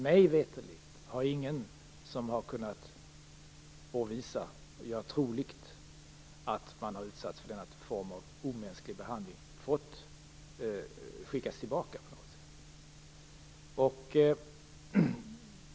Mig veterligt har ingen som kunnat åvisa och göra troligt att man utsatts för denna form av omänsklig behandling skickats tillbaka på något sätt.